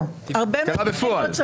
זה קרה בפועל,